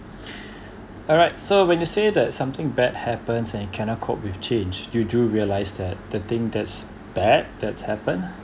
alright so when you say that something bad happens and you cannot cope with change you do realize that the thing that's bad that's happened